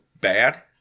bad